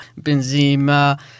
Benzema